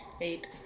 Eight